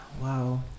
Wow